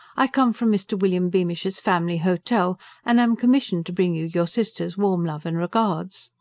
i come from mr. william beamish's family hotel and am commissioned to bring you your sister's warm love and regards.